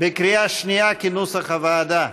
בקריאה שנייה, כנוסח הוועדה.